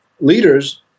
leaders